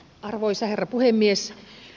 arvoisa herra puhemies